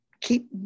keep